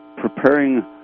preparing